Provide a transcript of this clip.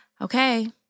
okay